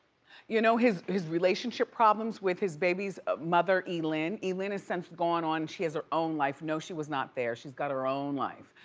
you know his his relationship problems with his baby's ah mother elin. elin has since gone on. she has her own life. no, she was not there. she's got her own life.